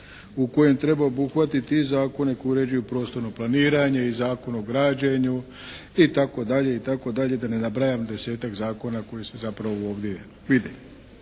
u kojem treba obuhvatiti i zakone koji uređuju prostorno planiranje i Zakon o građenju itd. itd. da ne nabrajam desetak zakona koji se zapravo ovdje vide.